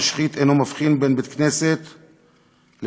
המשחית אינו מבחין בין בית-כנסת לבית-עלמין,